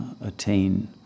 attain